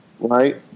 right